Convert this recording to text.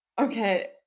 okay